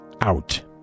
out